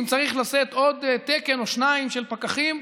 ואם צריך לתת עוד תקן או שניים של פקחים,